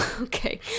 Okay